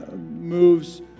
moves